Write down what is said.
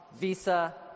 Visa